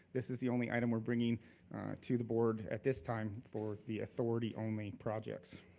this is the only item we're bringing to the board at this time for the authority only projects.